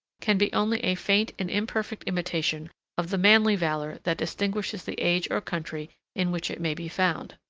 can be only a faint and imperfect imitation of the manly valor that distinguishes the age or country in which it may be found.